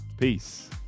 peace